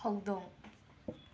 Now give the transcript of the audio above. ꯍꯧꯗꯣꯡ